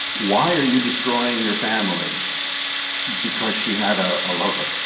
why are you destroying your family because she had a ah lover?